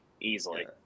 easily